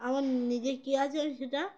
আমার নিজে কী আছে সেটা